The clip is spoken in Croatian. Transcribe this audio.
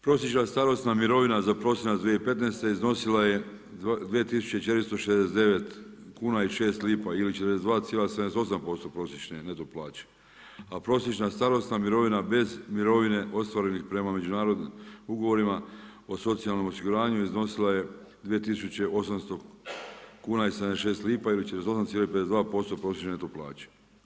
Prosječna starosna mirovina za prosinac 2015. iznosila je 24469 kuna i 6 lipa ili 42,78% prosječne neto plaće, a prosječna starosna mirovina bez mirovine ostvarenih prema međunarodnim ugovorima o socijalnom osiguranju, iznosila je 2800 kuna i 76 lipa ili 48,52% prosječne neto plaće.